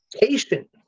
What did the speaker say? patient